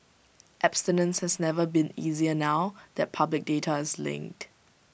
abstinence has never been easier now that public data is linked